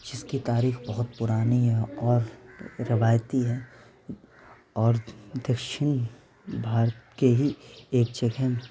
جس کی تاریخ بہت پرانی ہے اور روایتی ہے اور دکشنی بھارت کے ہی ایک جگہ